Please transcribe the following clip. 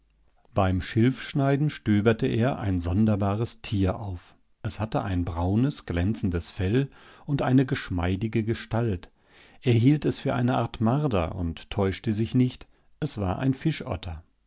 beim schilfschneiden stöberte er ein sonderbares tier auf es hatte ein braunes glänzendes fell und eine geschmeidige gestalt er hielt es für eine art marder und täuschte sich nicht es war ein